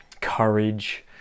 courage